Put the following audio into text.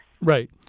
Right